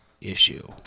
issue